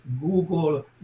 Google